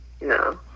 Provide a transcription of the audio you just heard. No